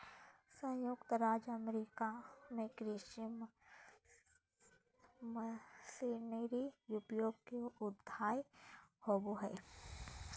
संयुक्त राज्य अमेरिका में कृषि मशीनरी उद्योग के उदय होलय हल